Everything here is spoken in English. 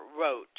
wrote